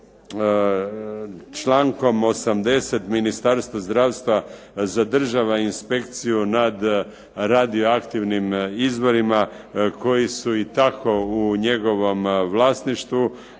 člankom 80. Ministarstvo zdravstva zadržava inspekciju nad radioaktivnim izvorima, koji su i tako u njegovom vlasništvu,